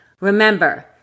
remember